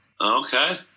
Okay